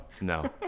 No